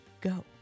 go